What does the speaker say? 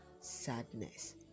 sadness